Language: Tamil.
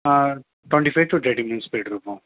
ah twenty five to thirty minutes போயிட்டுருப்போம்